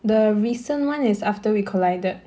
the recent one is after we collided